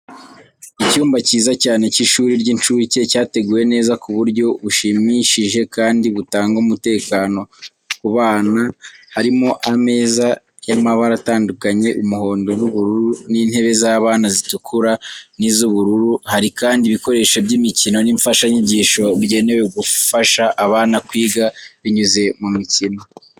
Icyumba cyiza cyane cy’ishuri ry’incuke cyateguwe neza ku buryo bushimishije kandi butanga umutekano ku bana. Harimo ameza y’amabara atandukanye, umuhondo n’ubururu, n’intebe z’abana zitukura n’iz’ubururu. Hari kandi ibikoresho by’imikino n’imfashanyigisho bigenewe gufasha abana kwiga binyuze mu mikino.